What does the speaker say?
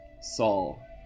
Saul